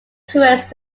tourists